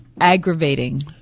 aggravating